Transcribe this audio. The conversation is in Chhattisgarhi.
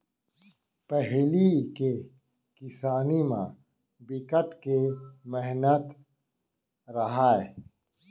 पहिली के किसानी म बिकट के मेहनत रहय